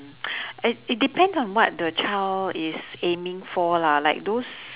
i~ it depends on what the child is aiming for lah like those